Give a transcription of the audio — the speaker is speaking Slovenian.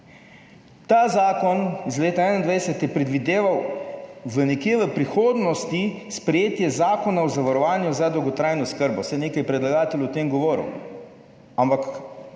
Ta zakon iz leta 2021 je predvideval nekje v prihodnosti sprejetje Zakona o zavarovanju za dolgotrajno oskrbo, saj nekaj je predlagatelj o tem govoril, ampak